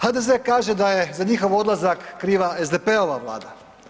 HDZ, kaže da je za njihov odlazak kriva SDP-ova vlada.